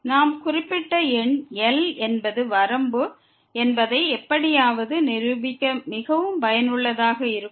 நாம் குறிப்பிட்ட எண் L என்பது வரம்பு என்பதை எப்படியாவது நிரூபிக்க மிகவும் பயனுள்ளதாக இருக்கும்